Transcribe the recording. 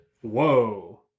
whoa